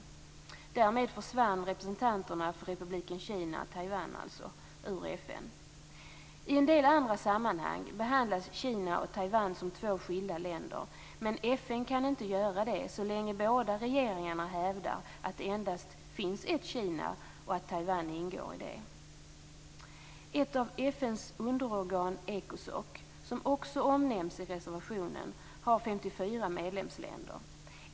Därmed försvann representanterna för Republiken Kina, dvs. I en del andra sammanhang behandlas Kina och Taiwan som två skilda länder. Men FN kan inte göra det så länge båda regeringarna hävdar att det endast finns ett Kina och att Taiwan ingår i det. Ett av FN:s underorgan, Ecosoc, som också omnämns i reservationen, har 54 medlemsländer.